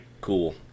cool